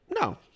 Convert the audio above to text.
No